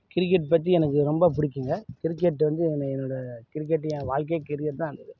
cricket பற்றி எனக்கு ரொம்ப பிடிக்குங்க கிரிக்கெட் வந்து என்ன என்னோடய கிரிக்கெட் என் வாழ்க்கையே கிரிக்கெட் தான் இருந்தது